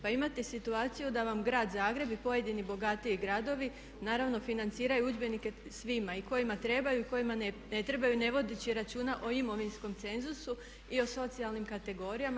Pa imate situaciju da vam grad Zagreb i pojedini bogatiji gradovi naravno financiraju udžbenike svima i kojima trebaju i kojima ne trebaju ne vodeći računa o imovinskom cenzusu i o socijalnim kategorijama.